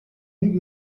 нэг